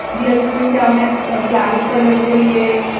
जि'यां कि में दस्सेआ में ऐक्रेलिक कलर होई गे